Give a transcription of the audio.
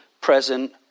present